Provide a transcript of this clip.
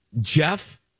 Jeff